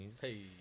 Hey